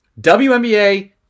WNBA